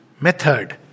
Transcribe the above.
method